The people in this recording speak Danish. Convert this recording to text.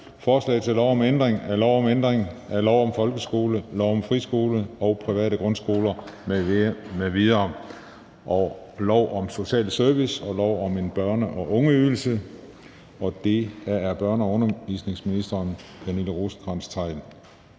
Forslag til lov om ændring af lov om ændring af lov om folkeskolen, lov om friskoler og private grundskoler m.v., lov om social service og lov om en børne- og ungeydelse. (Udskydelse af revisionsbestemmelse). Af børne- og undervisningsministeren (Pernille Rosenkrantz-Theil).